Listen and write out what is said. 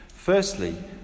Firstly